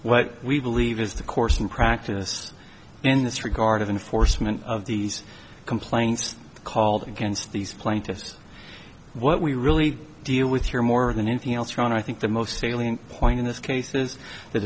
what we believe is the course in practice in this regard of enforcement of these complaints called against these plaintiffs what we really deal with here more than anything else ron i think the most salient point in this case is that